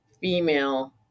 female